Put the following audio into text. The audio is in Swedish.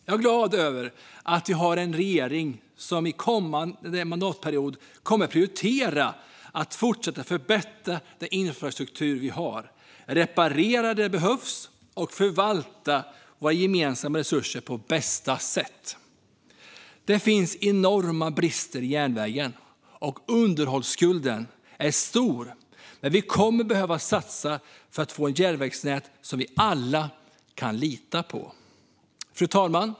Jag är glad över att vi har en regering som under mandatperioden kommer att prioritera förbättringar av den infrastruktur vi har, reparera där det behövs och förvalta våra gemensamma resurser på bästa sätt. Det finns enorma brister i järnvägen, och underhållsskulden är stor. Vi kommer att behöva satsa för att få ett järnvägsnät som vi alla kan lita på. Fru talman!